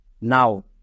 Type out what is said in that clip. Now